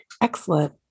Excellent